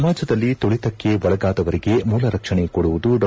ಸಮಾಜದಲ್ಲಿ ತುಳಿತಕ್ಕೆ ಒಳಗಾದವರಿಗೆ ಮೂಲ ರಕ್ಷಣೆ ಕೊಡುವುದು ಡಾ